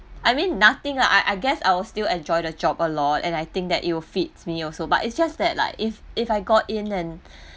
I mean nothing lah I I guess I will still enjoy the job a lot and I think that it will fits me also but it's just that like if if I got in and